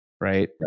Right